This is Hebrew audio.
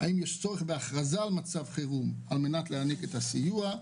האם יש צורך בהכרזה על מצב חרום על מנת להעניק את הסיוע,